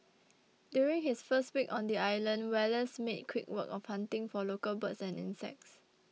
during his first week on the island Wallace made quick work of hunting for local birds and insects